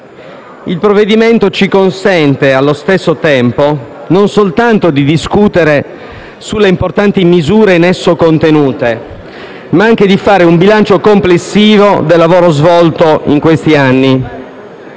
Il provvedimento ci consente, allo stesso tempo, non soltanto di discutere sulle importanti misure in esso contenute, ma anche di fare un bilancio complessivo del lavoro svolto in questi anni.